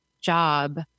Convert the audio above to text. job